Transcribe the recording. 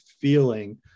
feeling